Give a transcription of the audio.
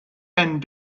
and